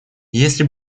если